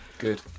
Good